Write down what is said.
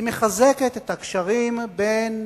היא מחזקת את הקשרים בין